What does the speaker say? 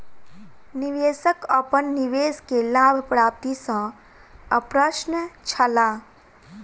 निवेशक अपन निवेश के लाभ प्राप्ति सॅ अप्रसन्न छला